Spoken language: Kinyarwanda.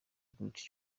great